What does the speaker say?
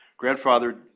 grandfathered